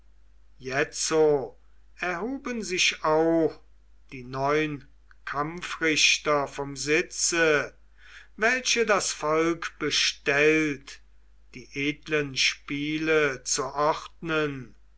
jetzo erhuben sich auch die neun kampfrichter vom sitze welche das volk bestellt die edlen spiele zu ordnen